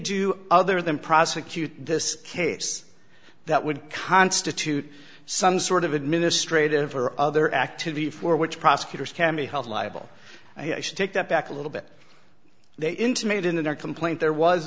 do other than prosecute this case that would constitute some sort of administrative or other activity for which prosecutors can be held liable and i should take that back a little bit they intimated in their complaint there was